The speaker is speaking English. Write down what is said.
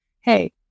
Hey